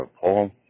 Paul